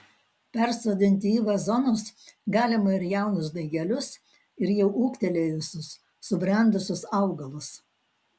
persodinti į vazonus galima ir jaunus daigelius ir jau ūgtelėjusius subrendusius augalus